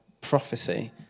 prophecy